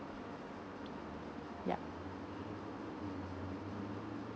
yup